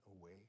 away